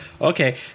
Okay